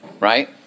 right